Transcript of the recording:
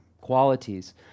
qualities